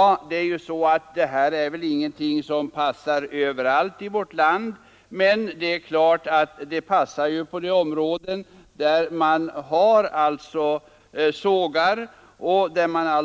Detta är ingenting som kan ordnas överallt i vårt land, men det passar de områden där det finns sågar